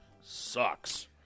sucks